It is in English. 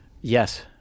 Yes